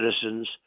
citizens